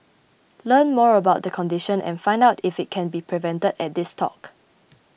learn more about the condition and find out if it can be prevented at this talk